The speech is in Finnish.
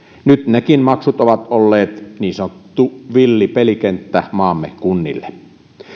nyt nekin maksut ovat olleet niin sanottu villi pelikenttä maamme kunnille